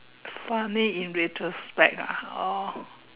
funny in retrospect ah orh